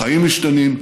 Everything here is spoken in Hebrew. החיים משתנים,